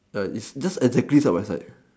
it's just exactly side by side